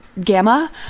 Gamma